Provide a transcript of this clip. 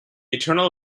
eternal